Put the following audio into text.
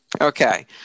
Okay